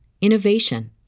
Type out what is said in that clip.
innovation